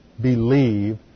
believe